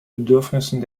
bedürfnissen